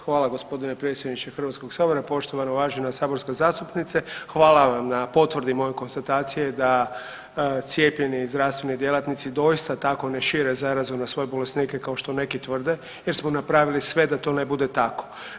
hvala gospodine predsjedniče Hrvatskog sabora, poštovana uvažena saborska zastupnice hvala vam na potvrdi moje konstatacije da cijepljeni zdravstveni djelatnici doista tako ne šire zarazu na svoje bolesnike kao što neki tvrde jer smo napravili sve da to ne bude tako.